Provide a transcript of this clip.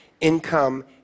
income